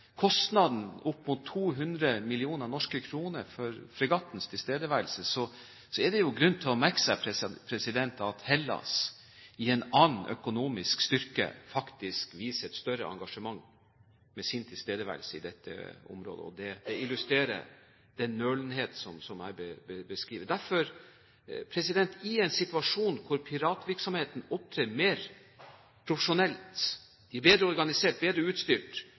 kostnaden på opp mot 200 mill. norske kroner for fregattens tilstedeværelse, er det grunn til å merke seg at Hellas, med en annen økonomisk styrke, faktisk viser et større engasjement med sin tilstedeværelse i dette området. Det illustrerer den nølingen som jeg beskriver. Vi har en situasjon hvor piratene opptrer mer profesjonelt. De er bedre organisert, bedre utstyrt,